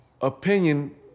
opinion